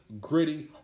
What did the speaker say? gritty